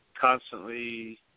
constantly